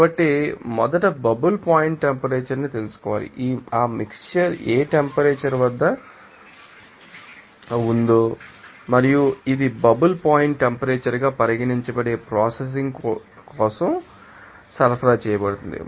కాబట్టి మీరు మొదట బబుల్ పాయింట్ టెంపరేచర్ ని తెలుసుకోవాలి ఆ మిక్శ్చర్ ఏ టెంపరేచర్ వద్ద ఉందో మరియు ఇది బబుల్ పాయింట్ టెంపరేచర్ గా పరిగణించబడే ప్రాసెసింగ్ కోసం కూడా సరఫరా చేయబడుతుంది